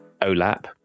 OLAP